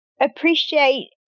appreciate